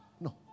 no